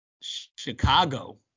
Chicago